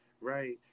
right